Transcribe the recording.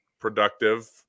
productive